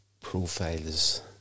profiles